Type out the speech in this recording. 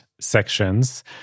sections